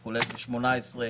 ב-2019,